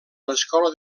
l’escola